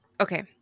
okay